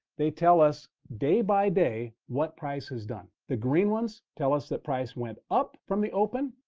they tell us day by day what price has done. the green ones tell us that price went up from the open.